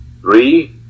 Three